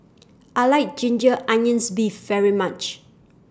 I like Ginger Onions Beef very much